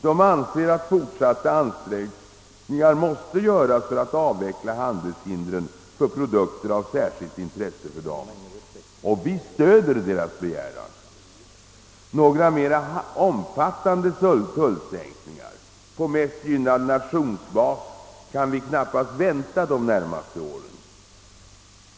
De anser att fortsatta ansträngningar måste göras för att avveckla handelshindren för produkter av särskilt intresse för dem; Vi stöder deras begäran. Några mer omfattande tullsänkningar på basis av mest gynnad nation kan vi knappast vänta de närmaste åren.